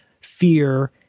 fear